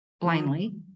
blindly